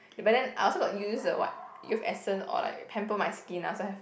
but then I also got use the what youth essence or like pamper my skin I also have